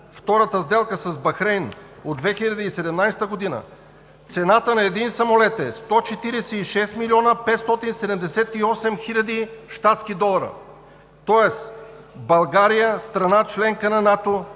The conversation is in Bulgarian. втората сделка с Бахрейн от 2017 г., цената на един самолет е 146 млн. 578 хил. щатски долара, тоест България – страна членка на НАТО,